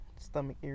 stomach